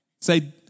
say